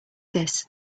this